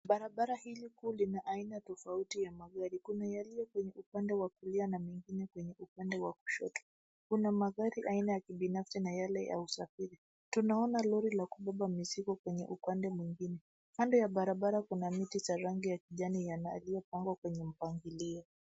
Barabara hili kuu lina aina tofauti ya magari, kuna yaliyo kwenye upande wa kulia na mengine kwenye upande wa kushoto. Kuna magari aina ya kibinafsi na yale ya usafiri. Tunaona lori la kubeba mizigo kwenye upande mwingine. Kando ya barabara, kuna miti cha rangi ya kijani na yaliyopangwa kwa mpangilio.